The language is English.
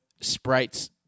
sprites